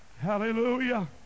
hallelujah